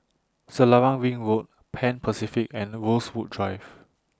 Selarang Ring Road Pan Pacific and Rosewood Drive